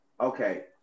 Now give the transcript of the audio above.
okay